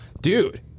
Dude